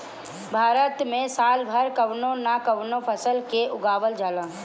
भारत में साल भर कवनो न कवनो फसल के उगावल जाला